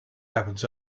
happens